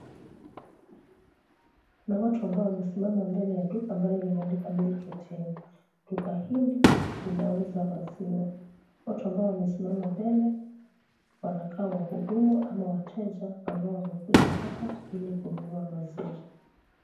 Kuna watu ambao wamesima mbele ya duka ambalo limeandikwa, milk depot. .Duka hili, tunauza maziwa. Watu ambao wamesimama mbele wanakaa wahudumu ama wateja ambao wamekuja hapa ili kununua maziwa.